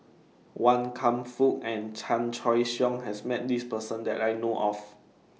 Wan Kam Fook and Chan Choy Siong has Met This Person that I know of